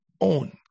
own